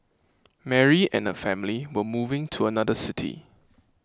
Mary and her family were moving to another city